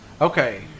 Okay